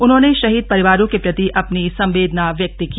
उन्होंने शहीद परिवारों के प्रति अपनी संवेदना व्यक्त की